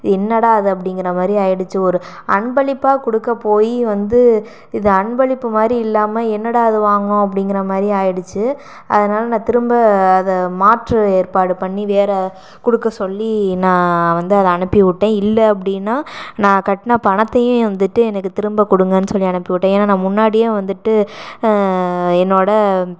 என்னடா அது அப்படிங்குற மாதிரி ஆயிடிச்சு ஒரு அன்பளிப்பாக கொடுக்க போய் வந்து இது அன்பளிப்பு மாதிரி இல்லாமல் என்னடா இதை வாங்கினோம் அப்படிங்குற மாதிரி ஆகிடிச்சி அதனால் நான் திரும்ப அதை மாற்று ஏற்பாடு பண்ணி வேற கொடுக்க சொல்லி நான் வந்து அதை அனுப்பிவிட்டேன் இல்லை அப்படின்னா நான் கட்டின பணத்தையும் வந்துட்டு எனக்கு திரும்ப கொடுங்கனு சொல்லி அனுப்பிவிட்டேன் ஏன்னா நான் முன்னாடியே வந்துட்டு என்னோட